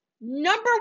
Number